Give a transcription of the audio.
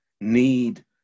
need